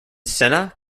senna